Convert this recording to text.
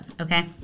Okay